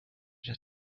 the